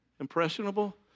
Impressionable